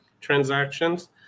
transactions